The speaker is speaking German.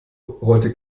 rollte